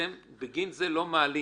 שאתם בגין זה לא מעלים.